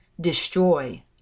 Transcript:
destroy